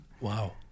Wow